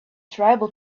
tribal